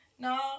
No